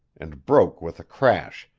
and broke with a crash,